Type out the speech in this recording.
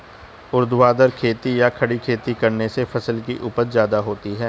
ऊर्ध्वाधर खेती या खड़ी खेती करने से फसल की उपज ज्यादा होती है